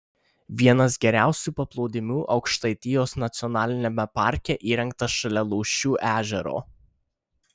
vienas geriausių paplūdimių aukštaitijos nacionaliniame parke įrengtas šalia lūšių ežero